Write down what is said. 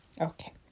Okay